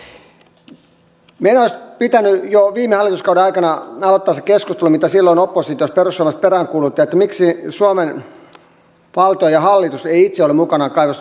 meidän olisi pitänyt jo viime hallituskauden aikana aloittaa se keskustelu jota silloin oppositiossa perussuomalaiset peräänkuuluttivat että miksi suomen valtio ja hallitus ei itse ole mukana kaivostoiminnassa